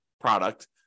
product